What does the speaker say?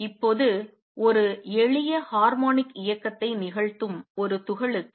இப்போது ஒரு எளிய ஹார்மோனிக் இயக்கத்தை நிகழ்த்தும் ஒரு துகளுக்கு